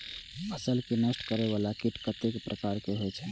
फसल के नष्ट करें वाला कीट कतेक प्रकार के होई छै?